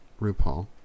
RuPaul